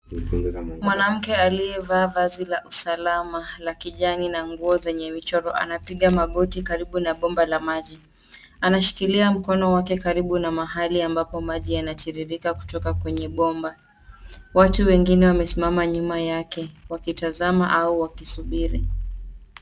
Mwanamke aliye vaa vazi la usalama la kijani na nguo zenye michoro anapiga magoti karibu na bomba la maji. Anashikilia mkono wake karibu na mahali ambapo maji yana tiririka kutoka kwenye bomba. Watu wengine wamesimama nyuma yake wakitazama au wakisubiri.